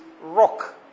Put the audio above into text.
rock